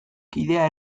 kidea